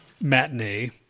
matinee